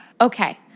Okay